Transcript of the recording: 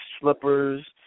slippers